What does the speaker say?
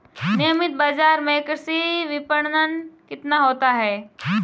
नियमित बाज़ार में कृषि विपणन कितना होता है?